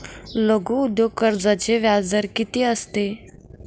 लघु उद्योग कर्जाचे व्याजदर किती असते?